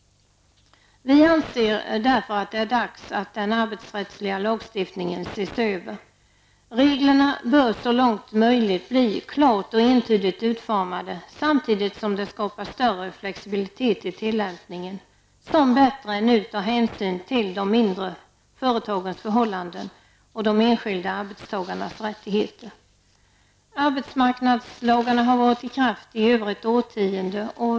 Vi anser därför att det är dags att se över den arbetsrättsliga lagstiftningen. Reglerna bör så långt möjligt bli klart och entydigt utformade, samtidigt som det skapas större flexibilitet i tillämpningen, så att det bättre än nu tas hänsyn också till de mindre företagens förhållanden och de enskilda arbetstagarnas rättigheter. Arbetsmarknadslagarna har varit i kraft i över ett årtionde.